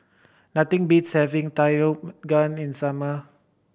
nothing beats having Takikomi Gohan in the summer